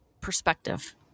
perspective